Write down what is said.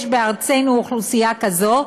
יש בארצנו אוכלוסייה כזו.